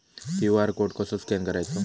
QR code कसो scan करायचो?